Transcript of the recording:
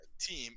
team